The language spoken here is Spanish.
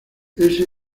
ese